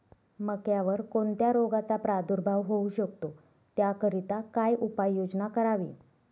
मक्यावर कोणत्या रोगाचा प्रादुर्भाव होऊ शकतो? त्याकरिता काय उपाययोजना करावी?